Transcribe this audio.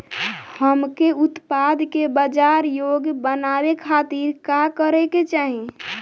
हमके उत्पाद के बाजार योग्य बनावे खातिर का करे के चाहीं?